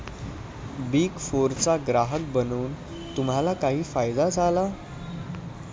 Big फोरचा ग्राहक बनून तुम्हाला काही फायदा झाला?